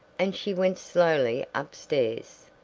and she went slowly upstairs.